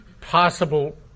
possible